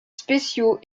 spéciaux